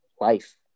life